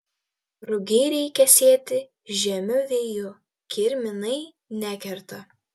rugiai reikia sėti žiemiu vėju kirminai nekerta